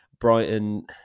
Brighton